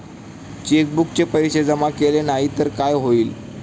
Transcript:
चेकबुकचे पैसे जमा केले नाही तर काय होईल?